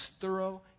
thorough